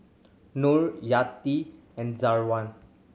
Nor Yati and Zawan